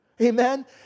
Amen